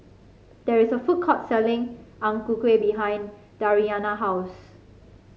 there is a food court selling Ang Ku Kueh behind Dariana house